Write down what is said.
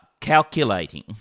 calculating